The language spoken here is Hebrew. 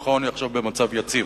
דוח העוני עכשיו במצב יציב,